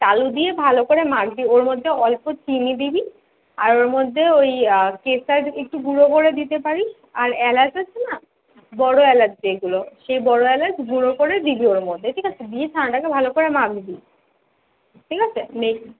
তালু দিয়ে ভালো করে মাখবি ওর মধ্যে অল্প চিনি দিবি আর ওর মধ্যে ওই কেশর একটু গুঁড়ো করে দিতে পারিস আর এলাচ আছে না বড়ো এলাচ যেইগুলো সেই বড়ো এলাচ গুঁড়ো করে দিবি ওর মধ্যে ঠিক আছে দিয়ে ছানাটাকে ভালো করে মাখবি ঠিক আছে মে